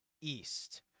East